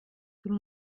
tout